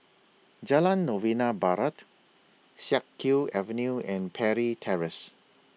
Jalan Novena Barat Siak Kew Avenue and Parry Terrace